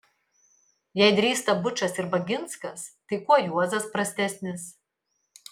jei drįsta bučas ir baginskas tai kuo juozas prastesnis